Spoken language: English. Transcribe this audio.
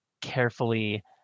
carefully